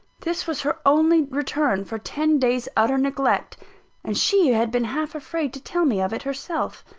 this was her only return for ten days' utter neglect and she had been half afraid to tell me of it herself.